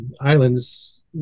islands